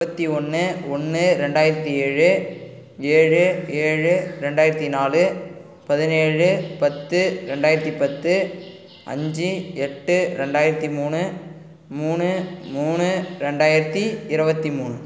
முப்பத்தி ஒன்று ஒன்று ரெண்டாயிரத்தி ஏழு ஏழு ஏழு ரெண்டாயிரத்தி நாலு பதினேழு பத்து ரெண்டாயிரத்தி பத்து அஞ்சு எட்டு ரெண்டாயிரத்தி மூணு மூணு மூணு ரெண்டாயிரத்தி இருபத்தி மூணு